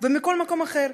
המדינות ומכל מקום אחר,